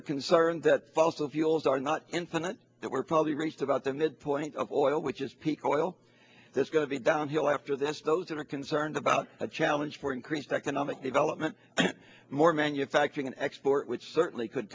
are concerned that fossil fuels are not infinite that we're probably reached about the midpoint of oil which is peak oil that's going to be downhill after this those who are concerned about a challenge for increased economic development more manufacturing export which certainly could